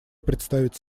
представить